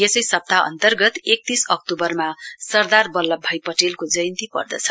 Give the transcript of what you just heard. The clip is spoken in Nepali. यसै सप्ताह अन्तर्गत एकतीस अक्तूवरमा सरदार वल्लभ भी पटेलको जयन्ती पर्दछ